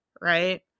right